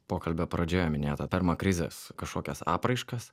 pokalbio pradžioje minėtą termakrizės kažkokias apraiškas